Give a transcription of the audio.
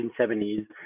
1970s